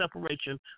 separation